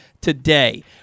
today